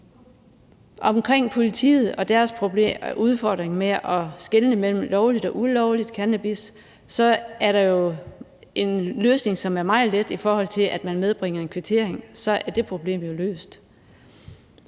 Omkring politiet og deres udfordring med at skelne mellem lovlig og ulovlig cannabis er der jo en løsning, som er meget let, nemlig at man medbringer en kvittering. Så er det problem jo løst.